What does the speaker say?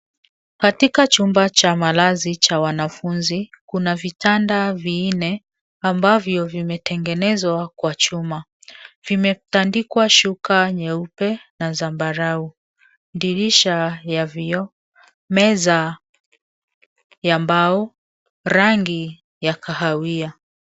Katika chumba cha malazi cha wanafunzi kuna vitanda vinne ambavyo vimetegenezwa kwa chuma. Vimetadikwa shuka nyeupe na zambarau dirisha ya vioo, meza ya bao rangi ya kahawia.